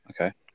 okay